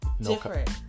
Different